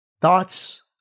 thoughts